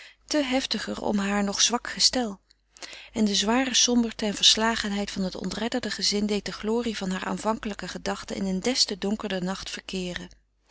te heftiger om haar nog zwak gestel en de zware somberte en verslagenheid van het ontredderde gezin deed de glorie van haar aanvankelijke gedachten in een des te donkerder nacht verkeeren